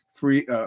Free